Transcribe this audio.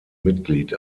mitglied